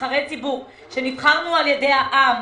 נבחרי ציבור שנבחרו על ידי העם,